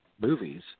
movies